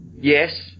yes